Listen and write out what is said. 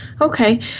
Okay